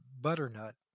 Butternut